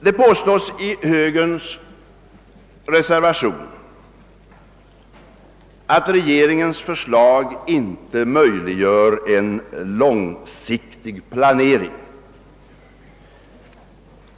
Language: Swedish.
Det påstås i högerns reservation A 3h vid statsutskottets utlåtande nr 122 att regeringens förslag inte möjliggör en långsiktig planering.